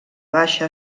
baixa